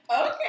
okay